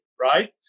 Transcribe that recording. Right